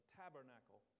tabernacle